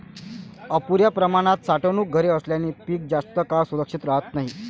अपुर्या प्रमाणात साठवणूक घरे असल्याने पीक जास्त काळ सुरक्षित राहत नाही